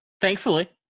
thankfully